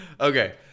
Okay